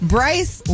Bryce